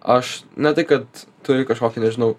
aš ne tai kad turiu kažkokį dažniau